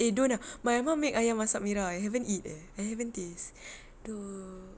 eh don't ah my mum make ayam masak merah I haven't eat eh I haven't taste dude